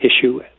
issue